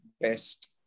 best